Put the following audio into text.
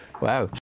Wow